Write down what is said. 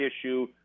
issue